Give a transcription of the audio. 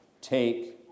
Take